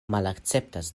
malakceptas